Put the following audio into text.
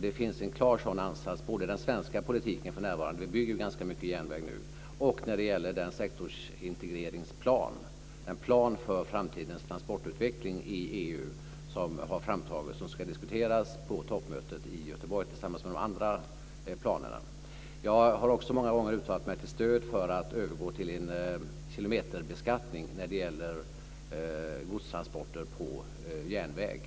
Det finns en klar sådan ansats både i den svenska politiken för närvarande - vi bygger ganska mycket järnväg nu - och när det gäller den sektorsintegreringsplan, den plan för framtidens transportutveckling i EU, som har framtagits och som ska diskuteras på toppmötet i Göteborg tillsammans med de andra planerna. Jag har också många gånger uttalat mig till stöd för att övergå till en kilometerbeskattning när det gäller godstransporter på landsväg.